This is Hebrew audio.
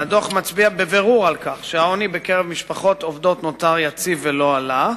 הדוח מצביע בבירור על כך שהעוני בקרב משפחות עובדות נותר יציב ולא עלה.